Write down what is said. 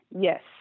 Yes